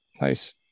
nice